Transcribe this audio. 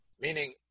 meaning